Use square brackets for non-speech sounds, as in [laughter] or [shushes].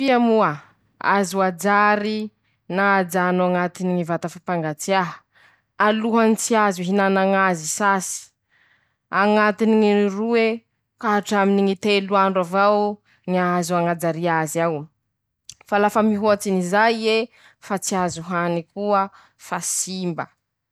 Ñy fia moa, azo ajary na ajano añatiny vata fapangatsiaha, alohany tsy azo inana ñazy sasy, añatiny ñy roe ka hatraminy ñy telo andro avao ñy ahazoa añajaria azy ao [shushes] ;fa lafa mihoatsy ny zay ie, fa tsy azo hany koa, fa simba.